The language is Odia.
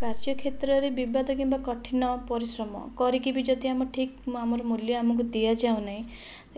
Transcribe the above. କାର୍ଯ୍ୟକ୍ଷେତ୍ରରେ ବିବାଦ କିମ୍ବା କଠିନ ପରିଶ୍ରମ କରିକି ବି ଯଦି ଆମ ଠିକ୍ ଆମର ମୂଲ୍ୟ ଆମକୁ ଦିଆଯାଉନାହିଁ